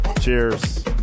cheers